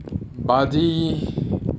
Body